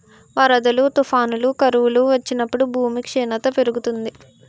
వరదలు, తుఫానులు, కరువులు వచ్చినప్పుడు భూమి క్షీణత పెరుగుతుంది